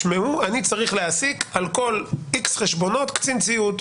אני צריך להעסיק על כל איקס חשבונות קצין ציות.